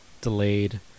delayed